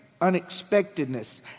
Unexpectedness